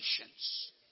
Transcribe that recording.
patience